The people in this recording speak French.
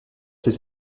ses